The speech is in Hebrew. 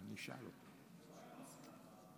אני תומך בחוק הזה,